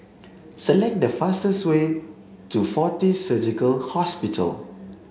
select the fastest way to Fortis Surgical Hospital